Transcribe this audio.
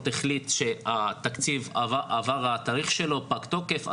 החליט שהתקציב עבר התאריך שלו פג תוקף,